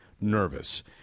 nervous